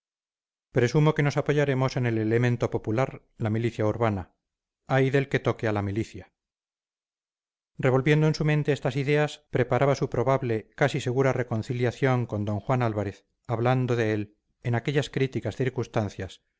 presumo que nos apoyaremos en el elemento popular la milicia urbana ay del que toque a la milicia revolviendo en su mente estas ideas preparaba su probable casi segura reconciliación con d juan álvarez hablando de él en aquellas críticas circunstancias